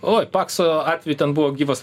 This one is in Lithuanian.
oi pakso atveju ten buvo gyvas